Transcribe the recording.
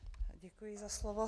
Děkuji za slovo.